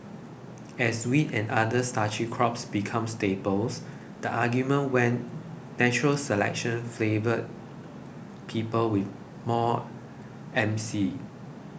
as wheat and other starchy crops become staples the argument went natural selection flavoured people with more M C